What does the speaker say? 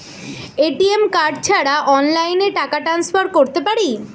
ATM card ছাড়া অনলাইনে টাকা টান্সফার করতে পারি?